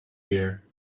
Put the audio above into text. here